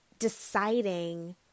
deciding